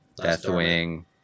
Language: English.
Deathwing